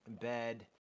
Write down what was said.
bed